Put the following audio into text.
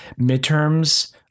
midterms